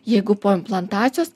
jeigu po implantacijos